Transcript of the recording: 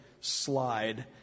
slide